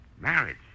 marriage